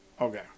Okay